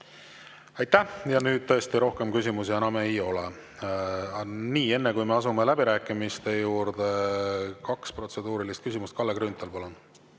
Aitäh! Nüüd tõesti rohkem küsimusi ei ole. Nii. Enne kui me asume läbirääkimiste juurde, on kaks protseduurilist küsimust. Kalle Grünthal, palun!